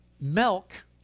milk